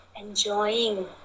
enjoying